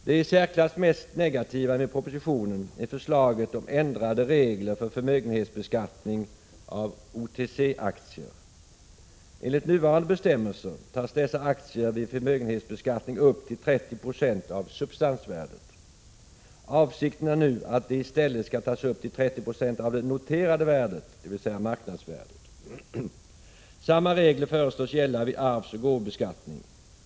Det i särklass mest negativa med propositionen är förslaget om ändrade regler för förmögenhetsbeskattning av OTC-aktier. Enligt nuvarande bestämmelser tas dessa aktier vid förmögenhetsbeskattning upp till 30 96 av substansvärdet. Avsikten är nu att de i stället skall tas upp till 30 96 av det noterade värdet, dvs. marknadsvärdet. Samma regler föreslås gälla vid arvsoch gåvobeskattning.